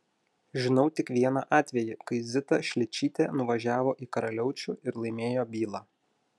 žinau tik vieną atvejį kai zita šličytė nuvažiavo į karaliaučių ir laimėjo bylą